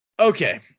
Okay